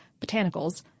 botanicals